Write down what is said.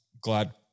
glad—